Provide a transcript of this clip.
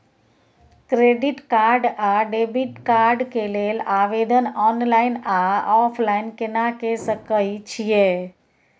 Credit card आ debit card के लेल आवेदन ऑनलाइन आ ऑफलाइन केना के सकय छियै?